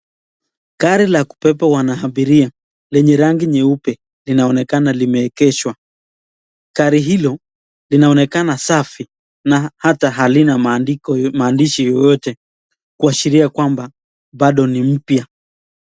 Gari la kubeba wanabiria, lenye rangi nyeupe linaonekana limeegeshwa , gari hilo linaonekana safi na hata halina maandishi yoyote kuashiria kwamba bado ni mpya.